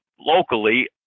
locally